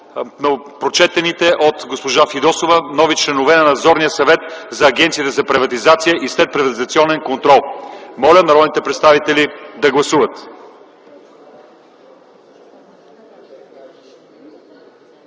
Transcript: прочетените от госпожа Фидосова нови членове на Надзорния съвет на Агенцията за приватизация и следприватизационен контрол. Моля народните представители да гласуват.